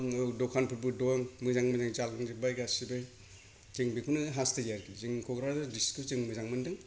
दखानफोरबो दं मोजां मोजां जालांजोबबाय गासिबो जों बेखौनो हासथायो आरोखि जोंनि क'क्राझार डिस्ट्रिक्ट खौ जों मोजां मोनदों